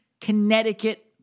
Connecticut